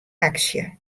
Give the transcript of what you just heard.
aksje